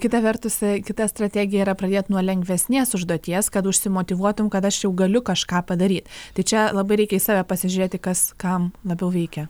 kita vertus kita strategija yra pradėt nuo lengvesnės užduoties kad užsimotyvuotum kad aš jau galiu kažką padaryt tai čia labai reikia į save pasižiūrėti kas kam labiau veikia